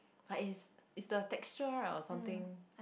like it's it's the texture right or something